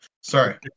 Sorry